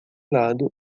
lado